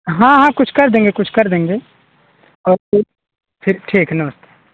हाँ हाँ कुछ कर देंगे कुछ कर देंगे ओके ठीक ठीक नमस्ते